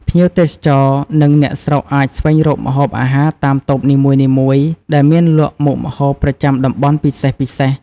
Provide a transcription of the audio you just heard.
ភ្ញៀវទេសចរ និងអ្នកស្រុកអាចស្វែងរកម្ហូបអាហារតាមតូបនីមួយៗ ដែលមានលក់មុខម្ហូបប្រចាំតំបន់ពិសេសៗ។